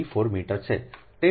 734 metre છે